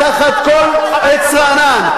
תחת כל עץ רענן,